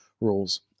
rules